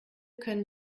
können